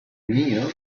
kneel